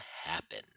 happen